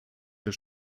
der